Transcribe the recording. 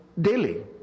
daily